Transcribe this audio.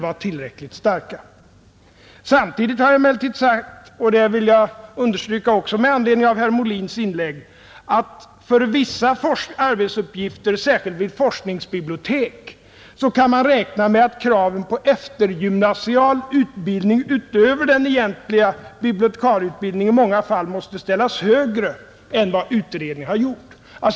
Samtidigt har jag emellertid sagt — det vill jag understryka också med anledning av herr Molins inlägg — att man för vissa arbetsuppgifter, särskilt vid forskningsbibliotek, kan räkna med att kraven på eftergymnasial utbildning utöver den egentliga bibliotekarieutbildningen i många fall måste ställas högre än vad utredningen har gjort.